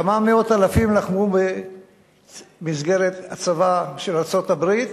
כמה מאות אלפים לחמו במסגרת הצבא של ארצות-הברית